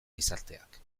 gizarteak